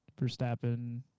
Verstappen